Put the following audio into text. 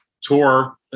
tour